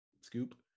scoop